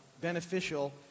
beneficial